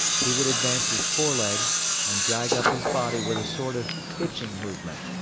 he would advance his fore legs and drag up his body with a sort of hitching movement,